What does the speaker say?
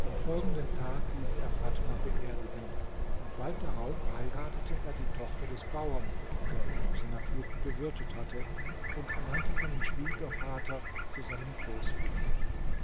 am folgenden tag ließ er fatma beerdigen und bald darauf heiratete er die tochter des bauern der ihn auf seiner flucht bewirtet hatte und ernannte seinen schwiegervater zu seinem